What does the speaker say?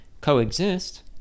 coexist